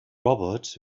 robot